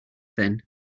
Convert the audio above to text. then